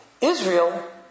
Israel